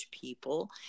people